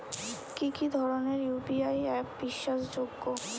কি কি ধরনের ইউ.পি.আই অ্যাপ বিশ্বাসযোগ্য?